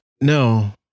No